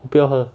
我不要喝